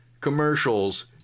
commercials